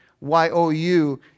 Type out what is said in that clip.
Y-O-U